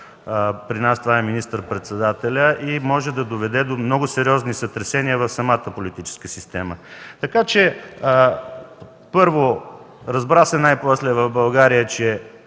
При нас това е министър-председателят. То може да доведе до сериозни сътресения в самата политическа система. Първо, разбра се най-после в България, че